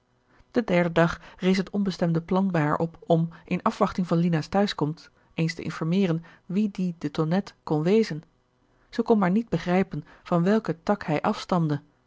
den derden dag rees het onbestemde plan bij haar op om in afwachting van lina's t huiskomst eens te informeren wie die de tonnette kon wezen zij kon maar niet begrijpen van welken tak hij afstamde